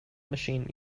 machine